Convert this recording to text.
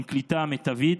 עם קליטה מיטבית,